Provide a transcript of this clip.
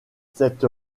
cette